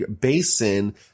basin